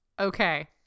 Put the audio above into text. Okay